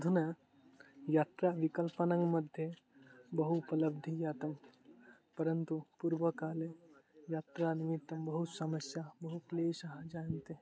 अधुना यात्रा विकल्पनम्मध्ये बहु उपलब्धिः जातं परन्तु पूर्वकाले यात्रा निमित्तं बहु समस्या बहु क्लेशाः जायन्ते